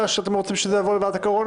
השאלה אם אתה רוצה לשמוע גם נציג.